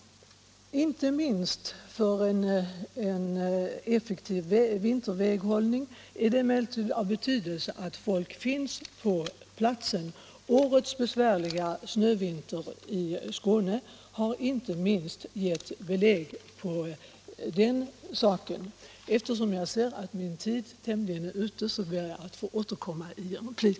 Inte minst med tanke på en effektiv vinterväghållning är det av betydelse att det finns folk på platsen. Årets besvärliga snövinter i Skåne har gett belägg för den saken. Eftersom jag ser att min tid är ute, ber jag att få återkomma i en replik.